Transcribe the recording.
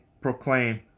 proclaim